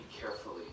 carefully